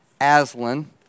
Aslan